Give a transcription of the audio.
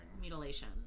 Mutilation